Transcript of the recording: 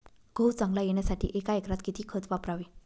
गहू चांगला येण्यासाठी एका एकरात किती खत वापरावे?